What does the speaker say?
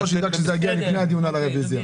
ידאג שזה יגיע לפני הדיון על הרביזיה.